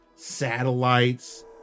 Satellites